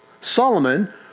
Solomon